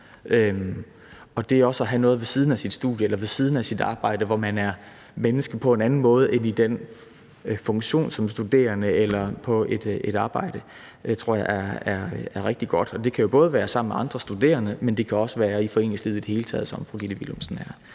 og det også at have noget ved siden af sit studie eller ved siden af sit arbejde, hvor man er menneske på en anden måde end i funktionen som studerende eller medarbejder, tror jeg er rigtig godt. Og det kan jo både være sammen med andre studerende, men det kan også være i foreningslivet i det hele taget, sådan som fru Gitte Willumsen er